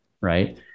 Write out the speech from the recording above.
Right